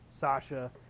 Sasha